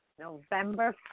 November